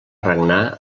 regnar